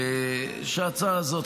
שההצעה הזאת,